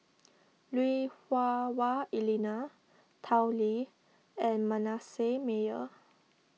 Lui Hah Wah Elena Tao Li and Manasseh Meyer